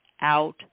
out